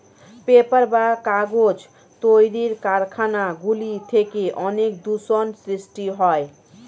paper বা কাগজ তৈরির কারখানা গুলি থেকে অনেক দূষণ সৃষ্টি হয়